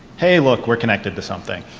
hey look we're connected to something.